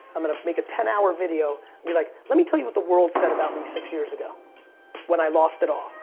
um gonna make a ten hour video and be like let me tell you what the world said about me six years ago when i lost it all.